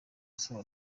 asaba